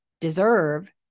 deserve